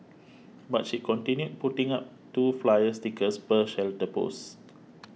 but she continued putting up two flyer stickers per shelter post